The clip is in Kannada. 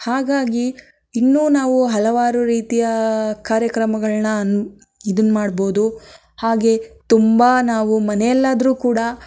ಹಾಗಾಗಿ ಇನ್ನು ನಾವು ಹಲವಾರು ರೀತಿಯ ಕಾರ್ಯಕ್ರಮಗಳನ್ನು ಇದು ಮಾಡ್ಬೋದು ಹಾಗೆ ತುಂಬ ನಾವು ಮನೆಯಾಲ್ಲಾದ್ರು ಕೂಡ